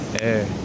air